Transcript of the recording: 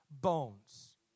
bones